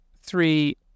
three